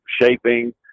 shaping